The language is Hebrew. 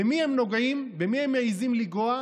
במי הם נוגעים, במי הם מעיזים לנגוע?